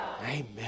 Amen